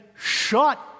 Shut